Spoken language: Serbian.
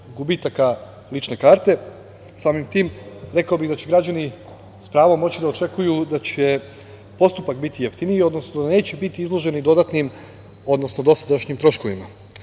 gubitaka lične karte, samim tim, rekao bih da će građani s pravom moći da očekuju da će postupak biti jeftiniji, odnosno da neće biti izložen dodatnim, odnosno dosadašnjim troškovima. Takođe,